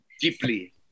deeply